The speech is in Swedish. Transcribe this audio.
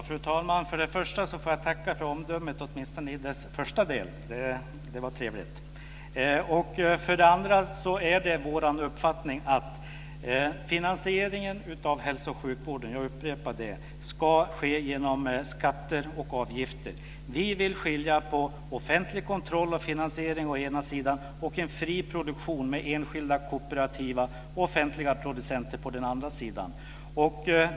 Fru talman! För det första får jag tacka för omdömet, åtminstone i dess första del. Det var trevligt. För det andra är det vår uppfattning att finansieringen av hälso och sjukvården, jag upprepar det, ska ske genom skatter och avgifter. Vi vill skilja på offentlig kontroll och finansiering å ena sidan och en fri produktion med enskilda kooperativa och offentliga producenter å den andra sidan.